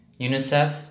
UNICEF